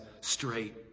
straight